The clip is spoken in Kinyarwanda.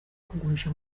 kugurisha